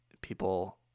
people